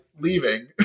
leaving